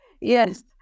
yes